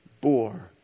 bore